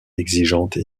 exigeantes